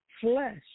flesh